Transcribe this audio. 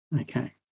Okay